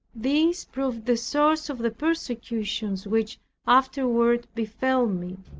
this proved the source of the persecutions which afterward befell me.